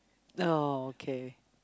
oh okay